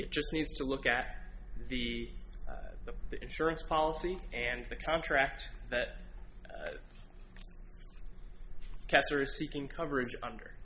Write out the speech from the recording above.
it just needs to look at the the the insurance policy and the contract that casts are seeking coverage under